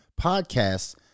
podcasts